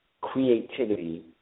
creativity